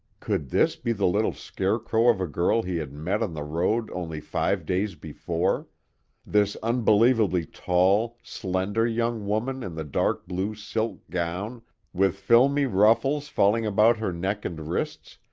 could this be the little scarecrow of a girl he had met on the road only five days before this unbelievably tall, slender young woman in the dark blue silk gown with filmy ruffles falling about her neck and wrists,